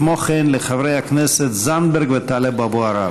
וכמו כן לחברי הכנסת תמר זנדברג וטלב אבו עראר.